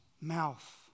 mouth